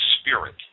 Spirit